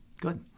Good